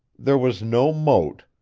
there was no moat,